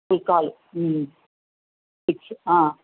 పుల్కాలు